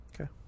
Okay